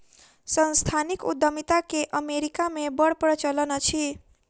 सांस्थानिक उद्यमिता के अमेरिका मे बड़ प्रचलन अछि